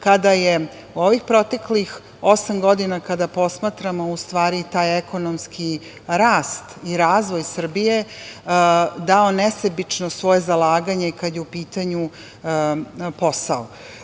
kada je ovih proteklih osam godina kada posmatramo u stvari taj ekonomski rast i razvoj Srbije, dao nesebično svoje zalaganje kada je u pitanju